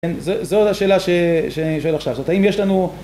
כן, זו השאלה שאני שואל עכשיו, זאת האם יש לנו...